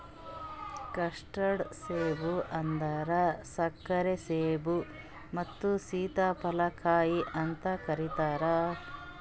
custard ಸೇಬ ಅಂದುರ್ ಸಕ್ಕರೆ ಸೇಬು ಮತ್ತ ಸೀತಾಫಲ ಕಾಯಿ ಅಂತ್ ಕರಿತಾರ್